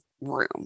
room